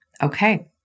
okay